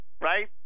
right